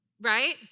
Right